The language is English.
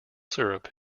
syrup